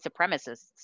supremacists